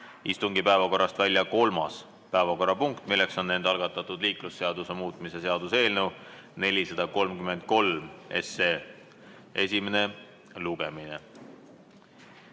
istungi päevakorrast välja kolmas päevakorrapunkt, mis on nende algatatud liiklusseaduse muutmise seaduse eelnõu 433 esimene lugemine.